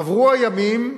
עברו הימים.